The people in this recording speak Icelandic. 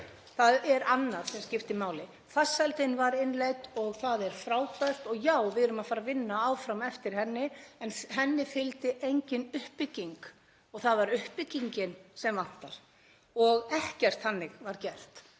Það er annað sem skiptir máli. Farsældin var innleidd og það er frábært og já, við erum að fara að vinna áfram eftir henni en henni fylgdi engin uppbygging. Það var uppbyggingin sem vantaði og ekkert þannig var gert.